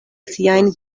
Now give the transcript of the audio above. siajn